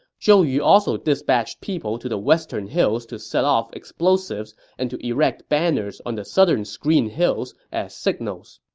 zhou yu also dispatched people to the western hills to set off explosives and to erect banners on the southern screen hills as signals